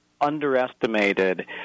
underestimated